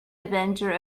avenger